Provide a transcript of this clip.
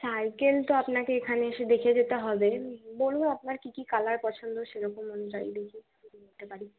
cycle তো আপনাকে এখানে এসে দেখে যেতে হবে বলুন আপনার কী কী কালার পছন্দ সেরকম অনুযায়ী দেখি যদি দেখাতে পারি